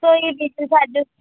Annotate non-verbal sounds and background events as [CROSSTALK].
so [UNINTELLIGIBLE]